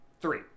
Three